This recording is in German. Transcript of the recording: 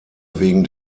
wegen